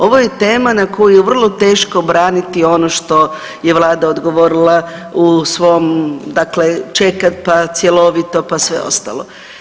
Ovo je tema na koju vrlo teško braniti ono što je Vlada odgovorila u svom dakle, čekati pa cjelovito pa sve ostalo.